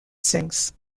sings